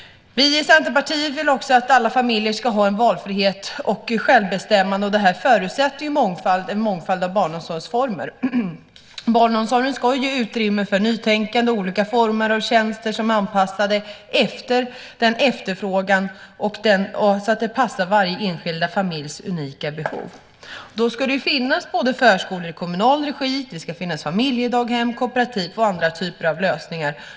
Vi i Centerpartiet vill också att alla familjer ska ha en valfrihet och ett självbestämmande, och det förutsätter en mångfald av barnomsorgsformer. Barnomsorgen ska ge utrymme för nytänkande och olika former av tjänster som är anpassade till efterfrågan så att de passar varje enskild familjs unika behov. Då ska det finnas förskolor i kommunal regi, familjedaghem, kooperativ och andra typer av lösningar.